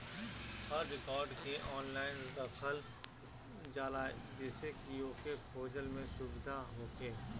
हर record के online रखल जाला जेसे की ओके खोजला में सुबिधा होखे